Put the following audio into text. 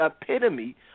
epitome